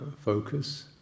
focus